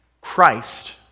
Christ